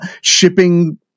shipping